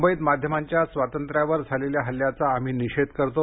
मुंबईत माध्यमांच्या स्वातंत्र्यावर झालेल्या हल्ल्याचा आम्ही निषेध करतो